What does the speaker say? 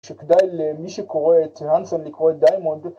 שכדאי למי שקורא את האנסון לקרוא את דיימונד